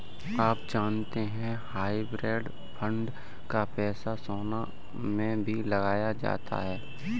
आप जानते है हाइब्रिड फंड का पैसा सोना में भी लगाया जाता है?